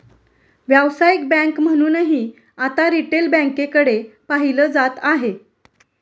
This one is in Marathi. व्यावसायिक बँक म्हणूनही आता रिटेल बँकेकडे पाहिलं जात आहे